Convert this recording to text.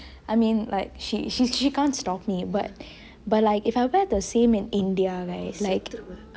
I mean like she she can't stop me but if I wear the same in india right like